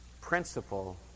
Principle